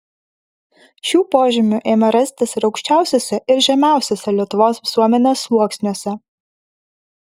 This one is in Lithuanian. šių požymių ėmė rastis ir aukščiausiuose ir žemiausiuose lietuvos visuomenės sluoksniuose